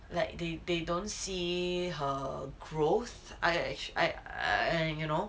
like they they don't see her growth I I I and you know you don't think just a chinese parents thing our asian parenting